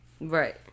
Right